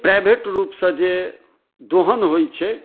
private रूपसँ जे दोहन होइ छै